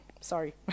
sorry